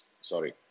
Sorry